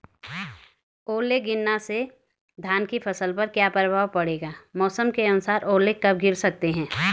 ओले गिरना से धान की फसल पर क्या प्रभाव पड़ेगा मौसम के अनुसार ओले कब गिर सकते हैं?